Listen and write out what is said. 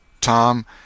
Tom